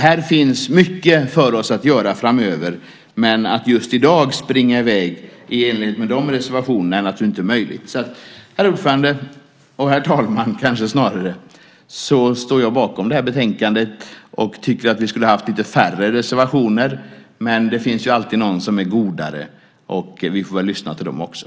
Här finns mycket för oss att göra framöver, men att just i dag springa iväg i enlighet med reservationerna är naturligtvis inte möjligt. Herr talman! Jag står bakom det här betänkandet. Jag tycker att vi skulle ha haft lite färre reservationer, men det finns ju alltid någon som är godare. Vi får väl lyssna till dem också.